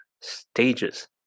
stages